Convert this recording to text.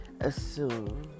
assume